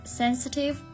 sensitive